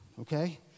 okay